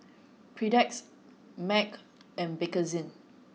Perdix M A C and Bakerzin